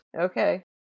Okay